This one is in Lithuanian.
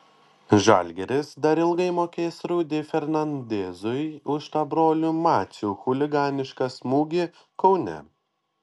žalgiris dar ilgai mokės rudy fernandezui už tą brolių macių chuliganišką smūgį kaune